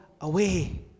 away